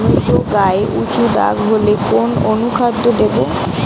Tomato গায়ে উচু দাগ হলে কোন অনুখাদ্য দেবো?